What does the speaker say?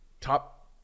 Top